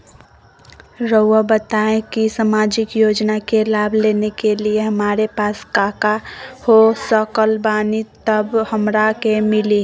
रहुआ बताएं कि सामाजिक योजना के लाभ लेने के लिए हमारे पास काका हो सकल बानी तब हमरा के मिली?